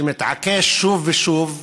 שמתעקש שוב ושוב,